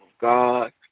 God